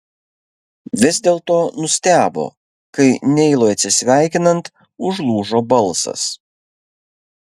vis dėlto nustebo kai neilui atsisveikinant užlūžo balsas